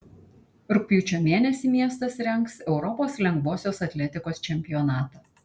rugpjūčio mėnesį miestas rengs europos lengvosios atletikos čempionatą